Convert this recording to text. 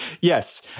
Yes